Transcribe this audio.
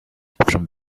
from